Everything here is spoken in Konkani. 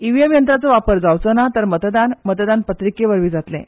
इव्हीएम यंत्राचो वापर जावचो ना जाल्यार मतदान पत्रिके वरवीं जातलें